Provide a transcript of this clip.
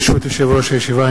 ברשות יושב-ראש הישיבה,